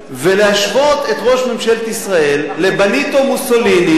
להשוות את ראש ממשלת ישראל לבניטו מוסוליני,